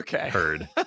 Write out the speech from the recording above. heard